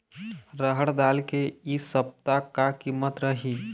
रहड़ दाल के इ सप्ता का कीमत रही?